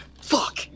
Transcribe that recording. Fuck